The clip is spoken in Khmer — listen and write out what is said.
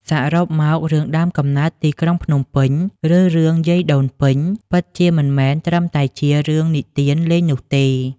សរុបមក រឿង "ដើមកំណើតទីក្រុងភ្នំពេញ" ឬ "រឿងយាយដូនពេញ" ពិតជាមិនមែនត្រឹមតែជារឿងនិទានលេងនោះទេ។